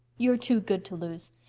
you're too good to lose.